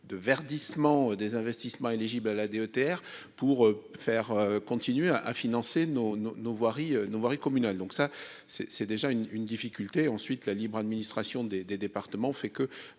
de verdissement des investissements éligibles à la DETR pour faire continuer à financer nos nos voiries nous voir communales, donc ça c'est, c'est déjà une une difficulté ensuite la libre administration des des départements, fait que